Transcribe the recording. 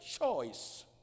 choice